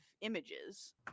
images